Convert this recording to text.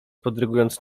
podrygując